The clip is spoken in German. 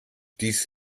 dies